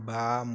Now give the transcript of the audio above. ବାମ